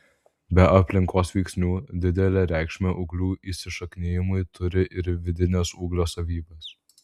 be aplinkos veiksnių didelę reikšmę ūglių įsišaknijimui turi ir vidinės ūglio savybės